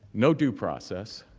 no due process